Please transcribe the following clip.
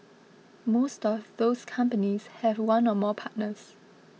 most of those companies have one or more partners